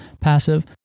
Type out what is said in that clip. passive